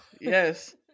Yes